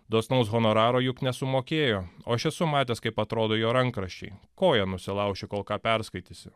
dosnaus honoraro juk nesumokėjo o aš esu matęs kaip atrodo jo rankraščiai koją nusilauši kol ką perskaitysi